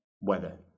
weather